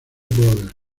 brothers